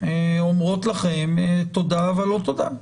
אומרות לכם תודה אבל לא, תודה.